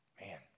man